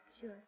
Sure